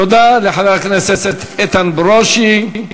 תודה לחבר הכנסת איתן ברושי.